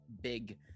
big